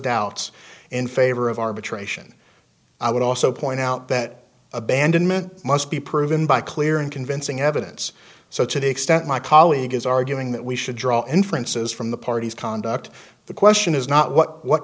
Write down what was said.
doubts in favor of arbitration i would also point out that abandonment must be proven by clear and convincing evidence so to the extent my colleague is arguing that we should draw inferences from the party's conduct the question is not what